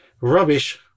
rubbish